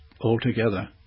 altogether